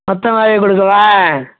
மொத்தமாகவே கொடுக்கவா